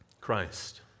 Christ